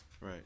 Right